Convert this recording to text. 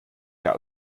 der